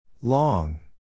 Long